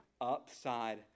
upside